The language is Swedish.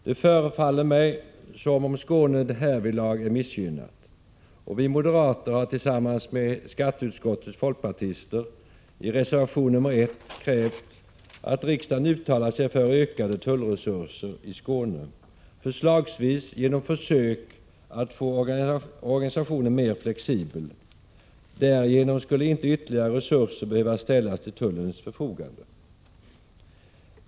Det förefaller mig som om Skåne härvidlag är missgynnat, och vi moderater har tillsammans med skatteutskottets folkpartister i reservation nr 1 krävt att riksdagen uttalar sig för ökade tullresurser i Skåne, förslagsvis genom försök att få organisationen mer flexibel. Därigenom skulle inte ytterligare resurser behöva ställas till tullens förfogande.